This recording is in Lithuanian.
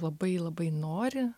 labai labai nori